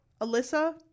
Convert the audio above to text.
Alyssa